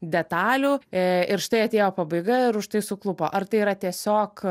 detalių e ir štai atėjo pabaiga ir už tai suklupo ar tai yra tiesiog